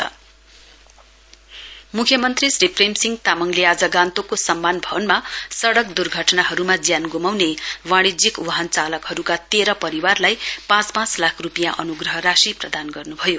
CM ex gratia Chegg मुख्यमन्त्री श्री प्रेमसिंह तामाङले आज गान्तोकको सम्मान भवनमा सडक दुर्घटनाहरूमा ज्यान गुमाउने वाणिज्यिक वाहन चालकहरूका तेह्र परिवारलाई पाँच पाँच लाख रुपियाँ अनुग्रह राशि प्रदान गर्नुभयो